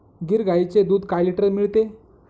गीर गाईचे दूध काय लिटर मिळते?